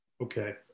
Okay